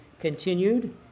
continued